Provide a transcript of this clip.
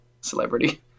celebrity